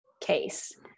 case